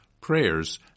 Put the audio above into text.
prayers